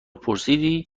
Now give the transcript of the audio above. پرسیدی